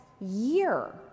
year